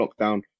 lockdown